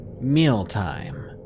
Mealtime